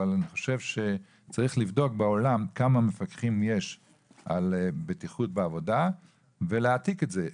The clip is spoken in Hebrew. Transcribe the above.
אבל צריך לבדוק בעולם כמה מפקחים יש על בטיחות בעבודה ולהעתיק את זה,